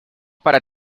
para